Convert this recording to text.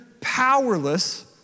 powerless